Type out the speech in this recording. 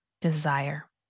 desire